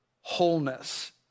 wholeness